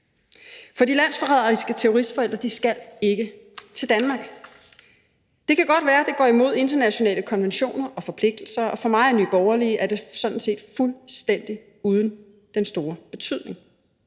For de landsforræderiske terroristforældre skal ikke til Danmark. Det kan godt være, det går imod internationale konventioner og forpligtelser, og for mig og Nye Borgerlige er det sådan set fuldstændig uden den store betydning.